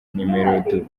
numero